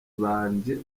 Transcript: banje